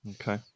Okay